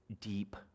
deep